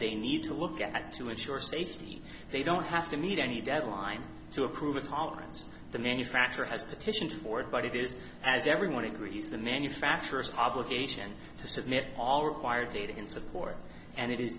they need to look at to insure safety they don't have to meet any deadline to approve a tolerance the manufacturer has petitioned for it but it is as everyone agrees the manufacturers obligation to submit all required data in support and it i